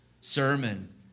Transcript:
sermon